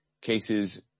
cases